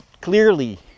clearly